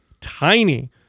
tiny